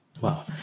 wow